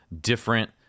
different